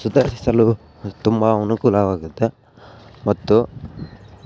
ಸುಧಾರಿಸಲು ತುಂಬ ಅನುಕೂಲವಾಗತ್ತೆ ಮತ್ತು